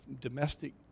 domestic